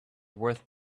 worth